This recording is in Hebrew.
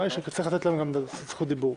נראה לי שאתה צריך לתת להם גם זכות דיבור.